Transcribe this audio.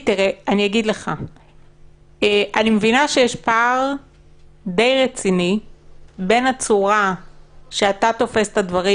אני מבינה שיש פער די רציני בין הצורה בה אתה תופס את הדברים